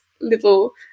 little